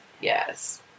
yes